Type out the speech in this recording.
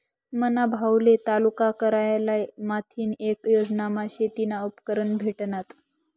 मना भाऊले तालुका कारयालय माथीन येक योजनामा शेतीना उपकरणं भेटनात